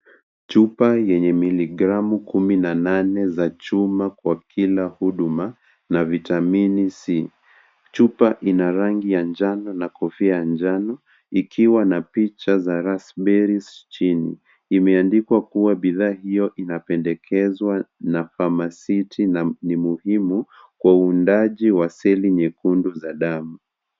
Chupa yenye milligramu kumi na nane za chuma kwa kila huduma na vitamin C . Chupa ina rangi ya njano na kofia ya njano, ikiwa na picha za rasiberi chini. Imeandikwa kuwa bidhaa hiyo inapendekezwa na famasisti na ni muhimu kwa uundaji wa seli nyekundu za damu.